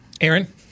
Aaron